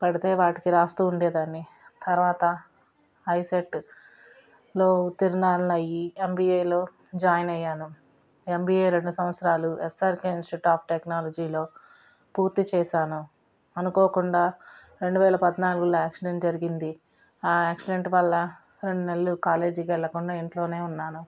పడితే వాటికి వ్రాస్తూ ఉండేదాన్ని తరువాత ఐసెట్లో ఉత్తీర్ణురాలిని అయి ఎంబీఏలో జాయిన్ అయ్యాను ఎంబీఏ రెండు సంవత్సరాలు ఎస్ఆర్కె ఇన్స్టిట్యూట్ ఆఫ్ టెక్నాలజీలో పూర్తి చేసాను అనుకోకుండా రెండువేల పద్నాలుగులో యాక్సిడెంట్ జరిగింది ఆ యాక్సిడెంట్ వల్ల రెండు నెలలు కాలేజీకి వెళ్ళకుండా ఇంట్లోనే ఉన్నాను